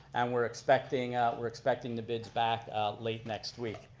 and we're expecting we're expecting the bids back late next week.